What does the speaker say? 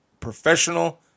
professional